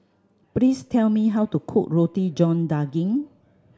please tell me how to cook Roti John Daging